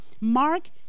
Mark